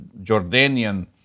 Jordanian